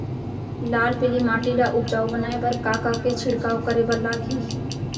लाल पीली माटी ला उपजाऊ बनाए बर का का के छिड़काव करे बर लागही?